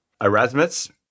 Erasmus